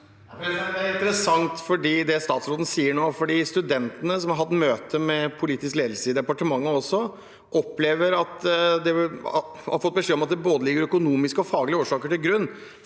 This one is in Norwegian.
Det er interessant det statsråden sier nå. Studentene som har hatt møte med politisk ledelse i departementet, har fått beskjed om at det ligger både økonomiske og faglige årsaker til grunn